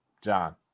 John